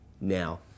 now